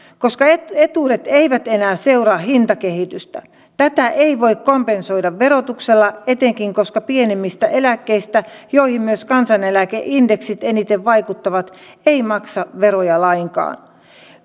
koska etuudet eivät enää seuraa hintakehitystä tätä ei voi kompensoida verotuksella etenkään koska pienimmistä eläkkeistä joihin myös kansaneläkeindeksit eniten vaikuttavat ei makseta veroja lainkaan